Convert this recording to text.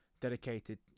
dedicated